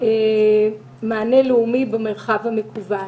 מענה לאומי במרחב המקוון.